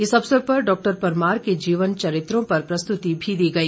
इस अवसर पर डॉक्टर परमार के जीवन चरित्रों पर प्रस्तुति भी दी गई